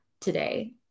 today